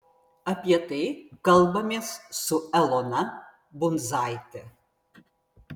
apie tai kalbamės su elona bundzaite